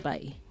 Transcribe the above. Bye